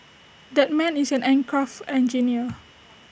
that man is an aircraft engineer